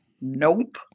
Nope